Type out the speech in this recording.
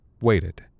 waited